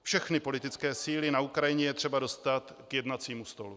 Všechny politické síly na Ukrajině je třeba dostat k jednacímu stolu.